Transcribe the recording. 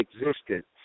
existence